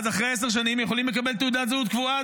אחרי עשר שנים הם יכולים לקבל תעודת זהות קבועה,